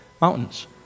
Mountains